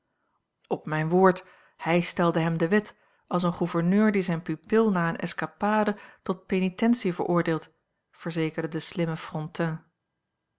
op mijn woord hij stelde hem de wet als een gouverneur die zijn pupil na eene escapade tot penitentie veroordeelt verzekerde de slimme frontin